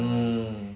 mm